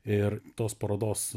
ir tos parodos